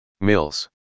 Mills